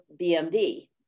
BMD